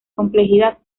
complejidad